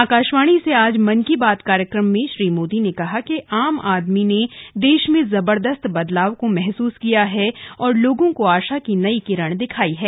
आकाशावाणी से आज मन की बात कार्यक्रम में श्री मोदी ने कहा कि आम आदमी ने देश में जबरदस्त बदलाव को महसूस किया है और लोगों को आशा की नई किरण दिखाई दे रही हैं